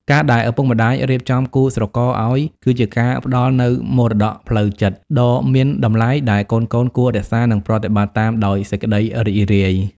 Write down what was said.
ការដែលឪពុកម្ដាយរៀបចំគូស្រករឱ្យ គឺជាការផ្ដល់នូវ "មរតកផ្លូវចិត្ត" ដ៏មានតម្លៃ ដែលកូនៗគួររក្សានិងប្រតិបត្តិតាមដោយសេចក្ដីរីករាយ។